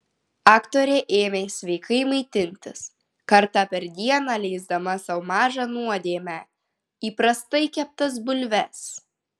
aktorė ėmė sveikai maitintis kartą per dieną leisdama sau mažą nuodėmę įprastai keptas bulves